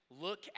look